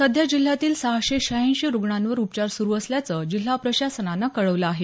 सध्या जिल्ह्यातील सहाशे श्यहाऐंशी रुग्णांवर उपचार सुरू असल्याचं जिल्हा प्रशासनानं कळवलं आहे